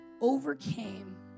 overcame